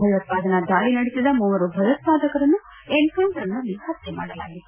ಭಯೋತ್ವಾದನಾ ದಾಳಿ ನಡೆಸಿದ ಮೂವರು ಭಯೋತ್ವಾದಕರನ್ನು ಎನ್ಕೌಂಟರ್ನಲ್ಲಿ ಹತ್ನೆ ಮಾಡಲಾಗಿತ್ತು